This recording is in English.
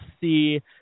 see